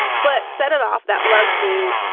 but set it off that love scene.